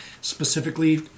specifically